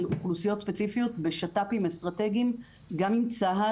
אוכלוסיות ספציפיות בשת"פים אסטרטגיים גם עם צה"ל,